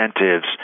incentives